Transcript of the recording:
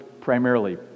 primarily